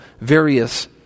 various